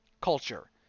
culture